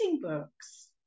books